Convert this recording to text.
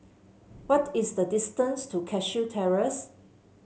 what is the distance to Cashew Terrace